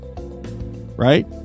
Right